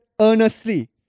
earnestly